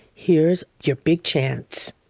here's your big chance.